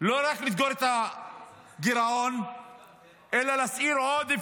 לא רק לסגור את הגירעון אלא להשאיר עודף.